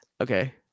Okay